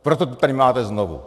Proto to tady máte znovu.